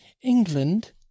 england